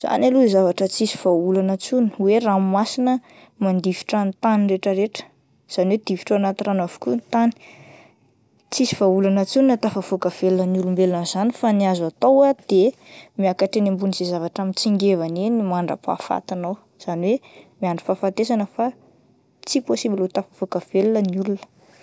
Zany aloha zavatra tsy hisy vahaolana intsony hoe ranomasina mandifitra ny tany rehetra rehetra ,izany hoe difotra ao anaty rano avokoa ny tany, tsisy vahaolana intsony ny ahatavavoaka velona ny olombelona amin'izany fa ny azo atao ah de miakatra eny ambon'ny izay zavatra mitsingevana eny mandrapaha-fatinao, izany hoe miandry fahafatesana fa tsy pôsibla ho tafavoaka velona ny olona.